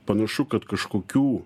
panašu kad kažkokių